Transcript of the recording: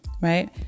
Right